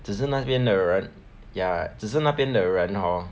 只是那边的人 ya 只是那边的人 hor